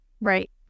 right